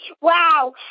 Wow